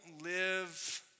live